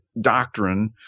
doctrine